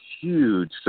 huge